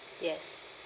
yes